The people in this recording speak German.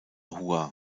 hua